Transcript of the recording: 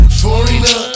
foreigner